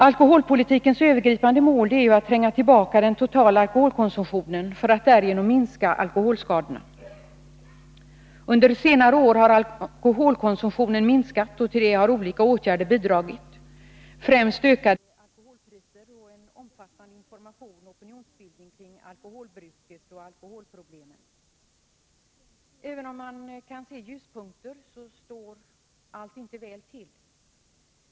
Alkoholpolitikens övergripande mål är att tränga tillbaka den totala alkoholkonsumtionen för att därigenom minska alkoholskadorna. Under senare år har alkoholkonsumtionen minskat. Till detta har olika faktorer bidragit, främst höjda alkoholpriser och en omfattande information och opinionsbildning kring alkoholbruket och alkoholproblemen. Även om man kan se ljuspunkter står inte allt väl till.